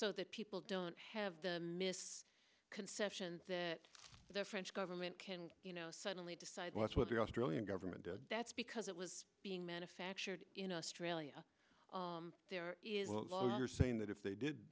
so that people don't have the mis conception that the french government can you know suddenly decide what the australian government that's because it was being manufactured in australia they're saying that if they did